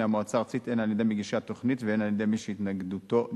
המועצה הארצית הן על-ידי מגישי התוכנית והן על-ידי מי שהתנגדותו נדחתה.